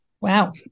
Wow